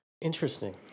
interesting